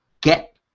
get